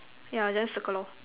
yeah then circle lor